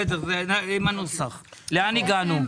לאן הגענו?